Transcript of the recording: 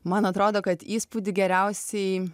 man atrodo kad įspūdį geriausiai